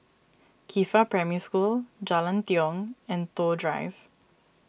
Qifa Primary School Jalan Tiong and Toh Drive